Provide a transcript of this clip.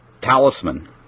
talisman